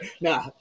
Nah